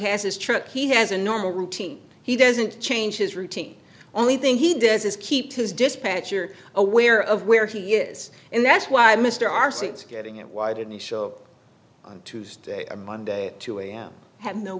has his truck he has a normal routine he doesn't change his routine only thing he does is keep his dispatcher aware of where he is and that's why mr are six getting it why didn't he show up on tuesday or monday two am had no